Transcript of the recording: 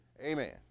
Amen